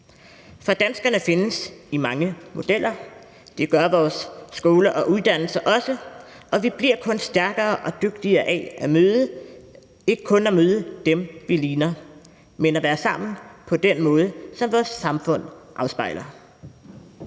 For danskerne findes i mange modeller, og det gør vores skoler og uddannelser også, og vi bliver kun stærkere og dygtigere af ikke kun at møde dem, som vi ligner, men at være sammen på den måde, som vores samfund afspejler.